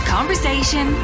Conversation